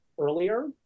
earlier